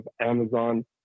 amazon